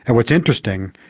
and what's interesting,